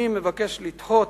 מי מבקש לדחות?